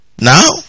Now